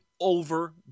over